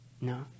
No